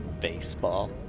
Baseball